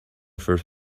first